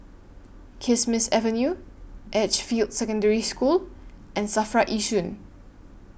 Kismis Avenue Edgefield Secondary School and SAFRA Yishun